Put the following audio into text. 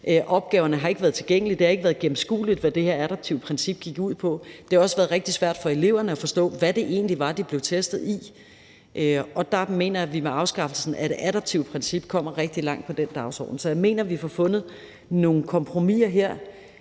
Opgaverne har ikke været tilgængelige; det har ikke været gennemskueligt, hvad det her adaptive princip gik ud på. Det har også været rigtig svært for eleverne at forstå, hvad det egentlig var, de blev testet i. Der mener jeg, at vi med afskaffelsen af det adaptive princip kommer rigtig langt på den dagsorden. Så jeg mener, vi får fundet nogle kompromiser her